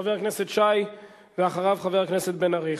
חבר הכנסת שי, ואחריו, חבר הכנסת בן-ארי.